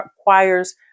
requires